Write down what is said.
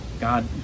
God